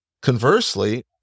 Conversely